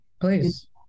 Please